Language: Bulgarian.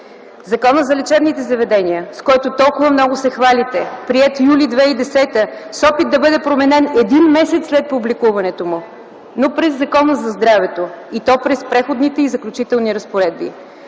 Закона за лечебните заведения, с който толкова много се хвалите – приет м. юли 2010 г., с опит да бъде променен един месец след публикуването му, но през Закона за здравето и то през Преходните и заключителни разпоредби;